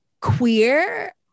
queer